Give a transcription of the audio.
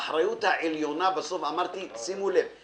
האחריות העליונה לבטיחות